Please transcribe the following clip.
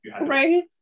right